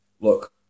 look